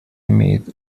имеет